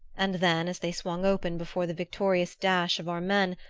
and then, as they swung open before the victorious dash of our men,